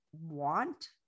want